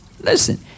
Listen